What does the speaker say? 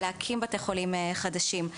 להקים בתי חולים חדשים,